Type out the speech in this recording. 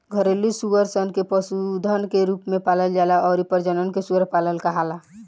घरेलु सूअर सन के पशुधन के रूप में पालल जाला अउरी प्रजनन के सूअर पालन कहाला